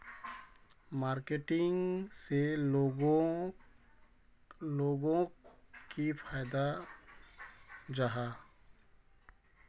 Marketing से लोगोक की फायदा जाहा?